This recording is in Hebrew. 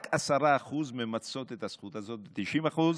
רק 10% ממצות את הזכות הזאת, התקנה.